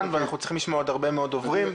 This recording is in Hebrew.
ואנחנו צריכים לשמוע עוד הרבה מאוד דוברים.